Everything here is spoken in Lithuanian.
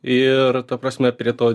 ir ta prasme prie to